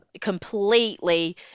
Completely